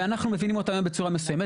ואנחנו מבינים אותו היום בצורה מסוימת,